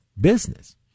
business